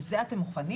לזה אתם מוכנים?